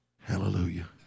Hallelujah